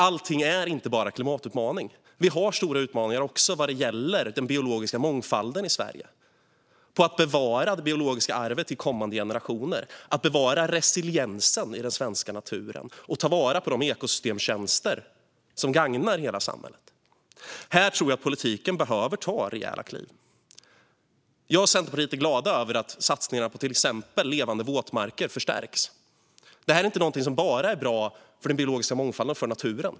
Allting är inte bara klimatutmaning. Vi har också stora utmaningar vad gäller den biologiska mångfalden i Sverige. Det handlar om att bevara det biologiska arvet till kommande generationer, att bevara resiliensen i den svenska naturen och ta vara på de ekosystemtjänster som gagnar hela samhället. Här tror jag att politiken behöver ta rejäla kliv. Jag och Centerpartiet är glada över att satsningarna på till exempel levande våtmarker förstärks. Det är någonting som inte bara är bra för den biologiska mångfalden och för naturen.